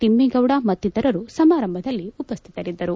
ತಿಮ್ಮೇಗೌಡ ಮತ್ತಿತತರರು ಸಮಾರಂಭದಲ್ಲಿ ಉಪಸ್ವಿತರಿದ್ದರು